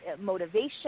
motivation